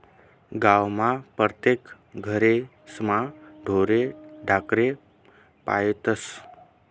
गावमा परतेक घरेस्मा ढोरे ढाकरे पायतस